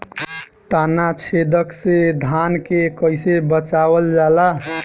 ताना छेदक से धान के कइसे बचावल जाला?